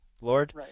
Lord